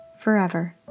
forever